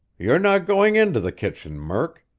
you're not going into the kitchen, murk.